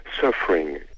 suffering